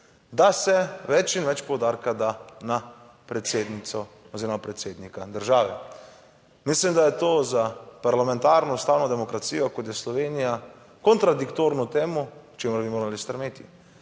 da se več in več poudarka da na predsednico oziroma predsednika države. Mislim, da je to za parlamentarno ustavno demokracijo kot je Slovenija kontradiktorno temu, k čemur bi morali stremeti.